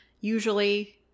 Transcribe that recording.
usually